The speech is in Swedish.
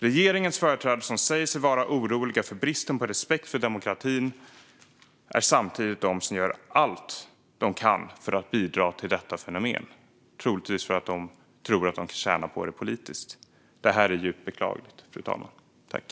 Regeringens företrädare säger sig vara oroliga för bristen på respekt för demokratin men är samtidigt de som gör allt de kan för att bidra till detta fenomen - troligtvis för att de tror att de tjänar på det politiskt. Det är djupt beklagligt, fru talman.